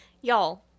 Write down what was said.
y'all